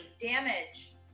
damage